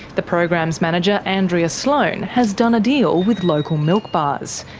the program's manager andrea sloane has done a deal with local milk bars.